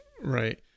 right